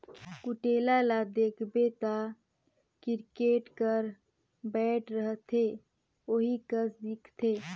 कुटेला ल देखबे ता किरकेट कर बैट रहथे ओही कस दिखथे